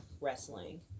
wrestling